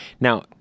Now